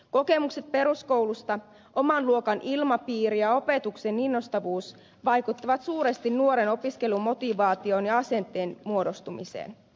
kokemukset peruskoulusta oman luokan ilmapiiri ja opetuksen innostavuus vaikuttavat suuresti nuoren opiskelumotivaatioon ja asenteen muodostumiseen